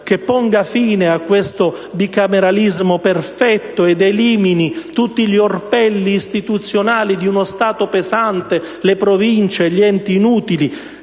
che ponga fine al bicameralismo perfetto ed elimini tutti gli orpelli istituzionali di uno Stato pesante, le Province, gli enti inutili;